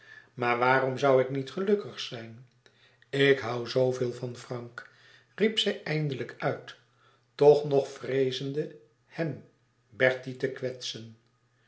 maar waarom zoû ik niet gelukkig zijn ik hoû zooveel van frank riep zij eindelijk uit toch nog vreezende hem bertie te kwetsen